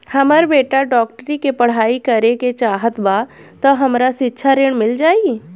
हमर बेटा डाक्टरी के पढ़ाई करेके चाहत बा त हमरा शिक्षा ऋण मिल जाई?